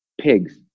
Pigs